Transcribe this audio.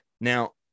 now